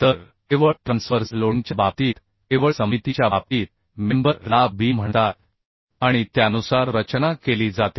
तर केवळ ट्रान्सवर्स लोडिंगच्या बाबतीत केवळ सममितीच्या बाबतीत मेंबर ला बीम म्हणतात आणि त्यानुसार रचना केली जाते